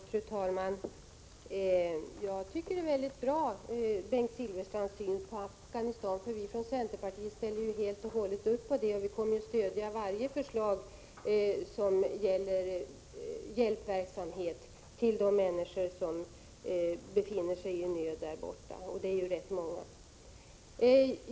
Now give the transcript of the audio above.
Fru talman! Bengt Silfverstrands syn på Afghanistan är mycket bra. Centerpartiet ställer sig helt och hållet bakom den och kommer att stödja varje förslag som gäller hjälpverksamhet till de många människor som befinner sig i nöd där borta.